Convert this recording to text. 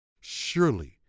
surely